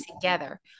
together